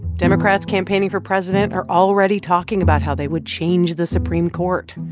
democrats campaigning for president are already talking about how they would change the supreme court.